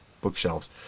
bookshelves